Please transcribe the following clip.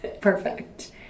Perfect